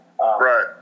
Right